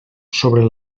sobre